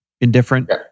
indifferent